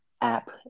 app